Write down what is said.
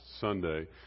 Sunday